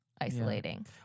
isolating